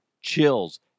Chills